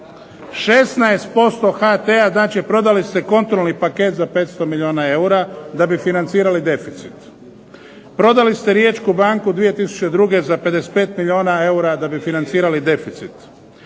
16% HT-a, znači prodali ste kontrolni paket za 500 milijuna eura da bi financirali deficit. Prodali ste Riječku banku 2002. za 55 milijuna eura da bi financirali deficit.